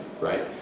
right